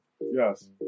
yes